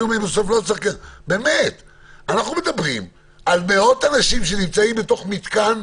אנחנו מדברים על מאות אנשים שנמצאים בתוך מתקן,